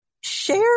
Share